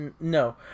No